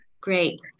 Great